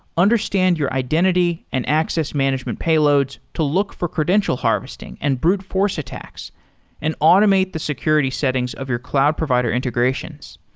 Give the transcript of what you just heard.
understand your identity and access management payloads to look for credential harvesting and brute force attacks and automate the security settings of your cloud provider integrations.